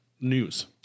news